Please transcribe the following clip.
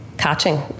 catching